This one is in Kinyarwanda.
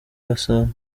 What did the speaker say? hassan